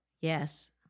Yes